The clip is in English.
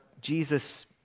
Jesus